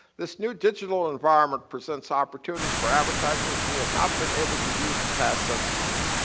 this new digital environment presents opportunities for advertising that we have not been able to use in past censuses.